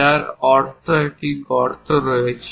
যার অর্থ একটি গর্ত রয়েছে